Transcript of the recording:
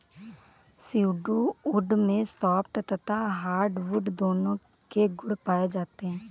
pseudo wood में soft तथा hardwood दोनों के गुण पाए जाते हैं